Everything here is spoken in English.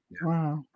Wow